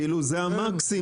זה המקסימום.